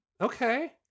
okay